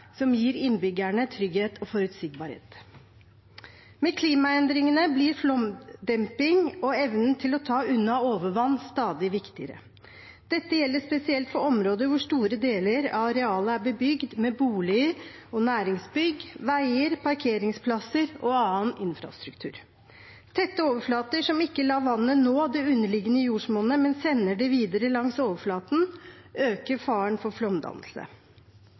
som gir innbyggerne trygghet og forutsigbarhet. Med klimaendringene blir flomdemping og evnen til å ta unna overvann stadig viktigere. Dette gjelder spesielt for områder hvor store deler av arealet er bebygd med boliger, næringsbygg, veier, parkeringsplasser og annen infrastruktur. Tette overflater som ikke lar vannet nå det underliggende jordsmonnet, men sender det videre langs overflaten, øker faren for flomdannelse.